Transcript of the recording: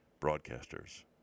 broadcasters